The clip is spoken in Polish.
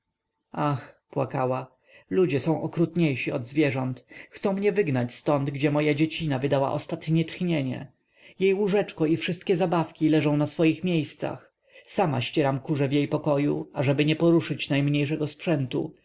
ach płakała ludzie są okrutniejsi od zwierząt chcą mnie wygnać ztąd gdzie moja dziecina wydała ostatnie tchnienie jej łóżeczko i wszystkie zabawki leżą na swoich miejscach sama ścieram kurze w jej pokoju ażeby nie poruszyć najmniejszego sprzętu